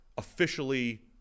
Officially